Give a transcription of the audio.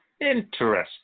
Interesting